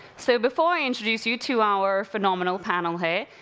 so before i introduce you to our phenomenal panel here,